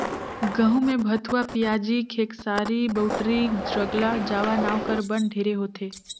गहूँ में भथुवा, पियाजी, खेकसारी, बउटरी, ज्रगला जावा नांव कर बन ढेरे होथे